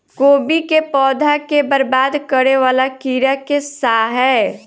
कोबी केँ पौधा केँ बरबाद करे वला कीड़ा केँ सा है?